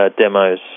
demos